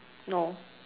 no